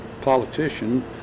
politician